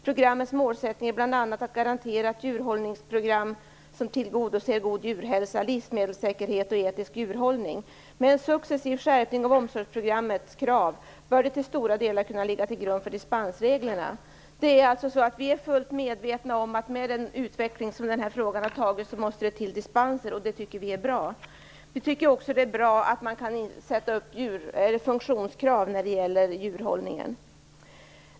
Programmets målsättning är bland annat att garantera ett djurhållningsprogram som tillgodoser god djurhälsa, livsmedelssäkerhet och etisk djurhållning. Med en successiv skärpning av omsorgsprogrammets krav bör det till stora delar kunna ligga till grund för dispensreglerna." Vi är fullt medvetna om att med den utveckling som har skett i den här frågan måste det till dispenser, och det tycker vi är bra. Vi tycker också att det är bra att man kan ställa funktionskrav när det gäller djurhållningen.